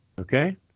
Okay